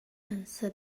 answer